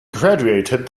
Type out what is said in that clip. graduated